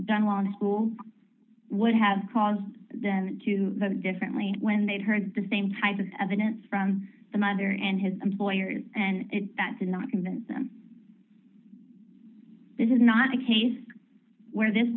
along a school would have caused them to differently when they heard the same type of evidence from the mother and his employers and that did not convince them this is not a case where this